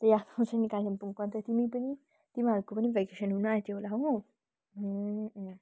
त्यही आफ्नो छ नि कालिम्पोङ कतै तिमी पनि तिमीहरूको पनि भ्याकेसन हुनु आँट्यो होला हो